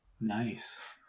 nice